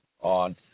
on